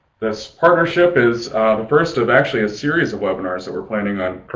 this partnership is the first of actually a series of webinars that we're planning on.